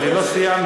אני לא סיימתי.